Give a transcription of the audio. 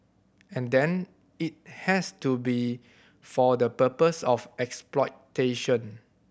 and then it has to be for the purpose of exploitation